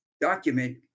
document